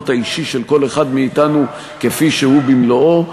האישי של כל אחד מאתנו כפי שהוא במלואו,